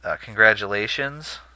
congratulations